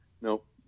Nope